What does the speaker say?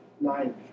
Nine